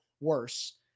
worse